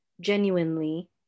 genuinely